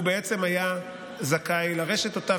הוא כמובן היה זכאי לרשת אותה,